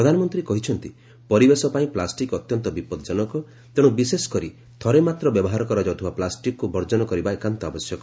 ପ୍ରଧାନମନ୍ତ୍ରୀ କହିଛନ୍ତି ପରିବେଶ ପାଇଁ ପ୍ଲାଷ୍ଟିକ୍ ଅତ୍ୟନ୍ତ ବିପଦଜନକ ତେଣୁ ବିଶେଷ କରି ଥରେ ମାତ୍ର ବ୍ୟବହାର କରାଯାଉଥିବା ପ୍ଲାଷ୍ଟିକ୍କୁ ବର୍ଜନ କରିବା ଏକାନ୍ତ ଆବଶ୍ୟକ